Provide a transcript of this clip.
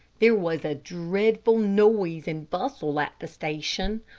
there was a dreadful noise and bustle at the station.